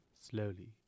slowly